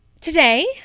today